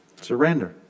Surrender